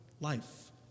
life